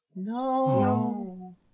No